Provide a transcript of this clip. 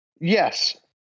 Yes